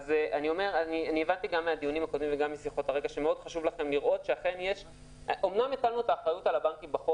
אומנם בחוק הטלנו את האחריות על הבנקים,